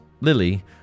Lily